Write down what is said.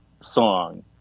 song